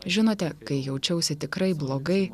žinote kai jaučiausi tikrai blogai